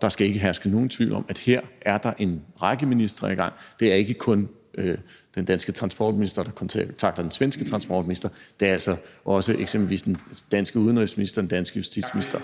Der skal ikke herske nogen tvivl om, at her er der en række ministre i gang. Det er ikke kun den danske transportminister, der kontakter den svenske transportminister. Det er eksempelvis også den danske udenrigsminister og den danske justitsminister.